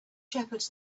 shepherds